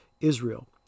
Israel